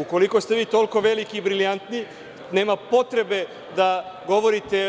Ukoliko ste vi toliko veliki i brilijantni nema potrebe da govorite